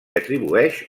atribueix